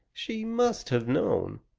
she must have known.